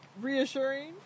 reassuring